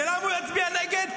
ולמה הוא יצביע נגד?